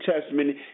Testament